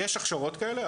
יש הכשרות כאלה,